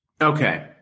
okay